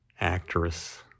actress